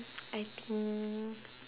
I think